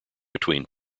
between